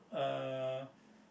uh